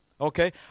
Okay